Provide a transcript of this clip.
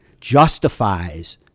justifies